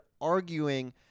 arguing –